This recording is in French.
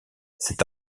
cet